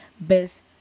best